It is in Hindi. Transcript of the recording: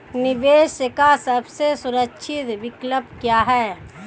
निवेश का सबसे सुरक्षित विकल्प क्या है?